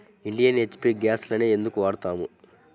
Indian, HP గ్యాస్లనే ఎందుకు వాడతాము?